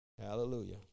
Hallelujah